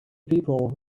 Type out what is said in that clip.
people